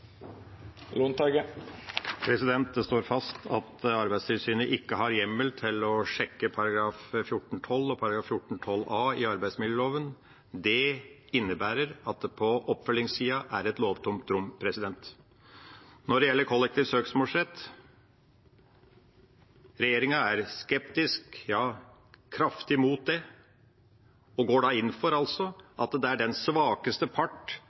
Lundteigen har hatt ordet to gonger tidlegare og får ordet til ein kort merknad, avgrensa til 1 minutt. Det står fast at Arbeidstilsynet ikke har hjemmel til å sjekke §§ 14-12 og 14-12 a i arbeidsmiljøloven. Det innebærer at det på oppfølgingssida er «et lovtomt rom». Når det gjelder kollektiv søksmålsrett: Regjeringa er skeptisk, ja kraftig imot det, og går altså inn for